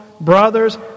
brothers